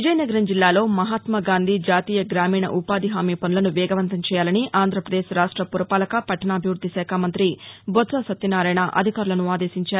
విజయనగరం జిల్లాలో మహాత్మాగాంధీ జాతీయ గ్రామీణ ఉపాధి హామీ పనులను వేగవంతం చేయాలని ఆంధ్రాప్రదేశ్ రాష్ట పురపాలక పట్టాణాభివృద్ది శాఖ మంతి బొత్స సత్యనారాయణ అధికారులను ఆదేశించారు